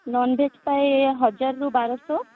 non veg ପାଇଁ ହଜାରରୁ ବାରଶହ